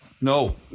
no